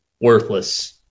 worthless